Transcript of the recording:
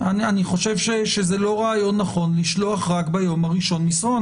אני חושב שזה לא רעיון נכון לשלוח רק ביום הראשון מסרון.